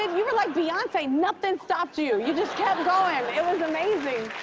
and you were like beyonce. nothing stopped you. you you just kept going. it was amazing.